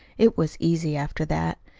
it was easy after that.